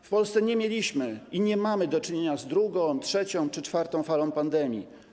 W Polsce nie mieliśmy i nie mamy do czynienia z drugą, trzecią czy czwartą falą pandemii.